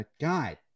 God